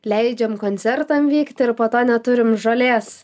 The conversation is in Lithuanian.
leidžiam koncertam vykt ir po to neturim žolės